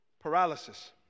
paralysis